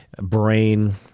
brain